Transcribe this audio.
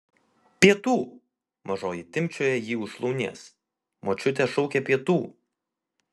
pietų mažoji timpčioja jį už šlaunies močiutė šaukia pietų